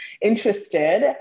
interested